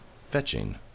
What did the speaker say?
fetching